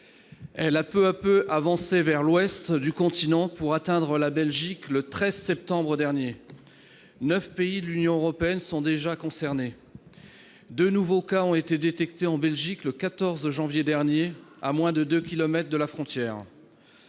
Elle a peu à peu progressé vers l'ouest du continent, pour atteindre la Belgique le 13 septembre dernier. Neuf pays de l'Union européenne sont déjà concernés. Deux nouveaux cas ont été détectés en Belgique le 14 janvier dernier, à moins de deux kilomètres de la frontière